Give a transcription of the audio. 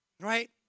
Right